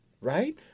right